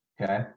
okay